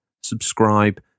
subscribe